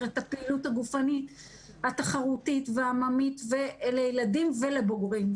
את הפעילות הגופנית התחרותית והעממית לילדים ולבוגרים,